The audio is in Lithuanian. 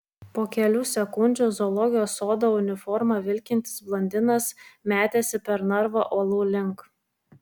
po kelių sekundžių zoologijos sodo uniforma vilkintis blondinas metėsi per narvą uolų link